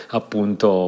appunto